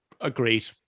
agreed